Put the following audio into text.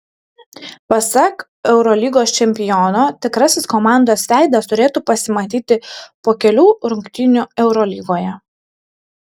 pasak eurolygos čempiono tikrasis komandos veidas turėtų pasimatyti po kelių rungtynių eurolygoje